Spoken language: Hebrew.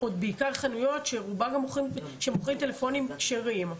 עוד בעיקר חנויות שמוכרים טלפונים כשרים.